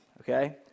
okay